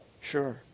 Sure